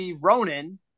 Ronan